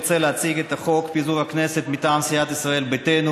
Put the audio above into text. לא נהוג שהשרה מפריעה לדוברים.